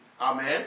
Amen